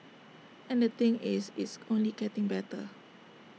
and the thing is it's only getting better